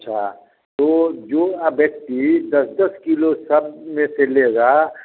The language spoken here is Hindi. अच्छा तो जो व्यक्ति दस दस किलो सब में से लेगा